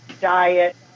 diet